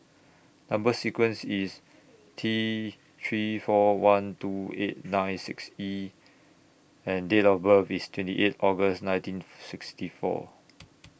Number sequence IS T three four one two eight nine six E and Date of birth IS twenty eight August nineteen sixty four